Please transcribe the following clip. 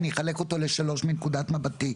אני אחלק אותו לשלוש מנקודת מבטי: